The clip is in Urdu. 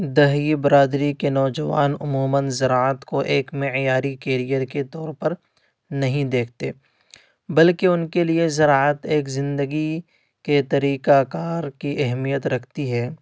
دیہی برادری کے نوجوان عموماََ زراعت کو ایک معیاری کیریئر کے طور پر نہیں دیکھتے بلکہ ان کے لیے زراعت ایک زندگی کے طریقہ کار کی اہمیت رکھتی ہے